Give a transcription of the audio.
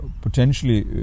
potentially